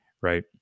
right